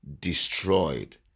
destroyed